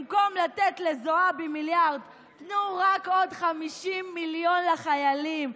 במקום לתת לזועבי מיליארד תנו רק עוד 50 מיליון לחיילים.